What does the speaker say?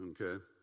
okay